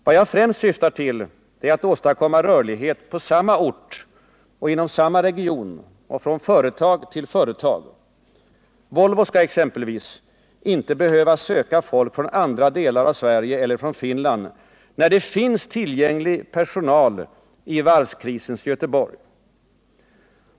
Vad jag främst syftar på är att åstadkomma rörlighet på samma ort och inom samma region och från företag till företag. Volvo skall exempelvis inte 159 behöva söka folk från andra delar av Sverige eller från Finland, när det finns tillgänglig personal i varvskrisens Göteborg.